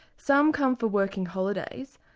some come for working holidays,